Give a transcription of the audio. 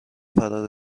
فرا